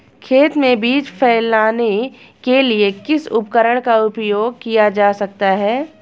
खेत में बीज फैलाने के लिए किस उपकरण का उपयोग किया जा सकता है?